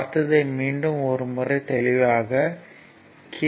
பார்த்ததை மீண்டும் ஒரு முறை தெளிவாக கே